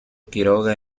quiroga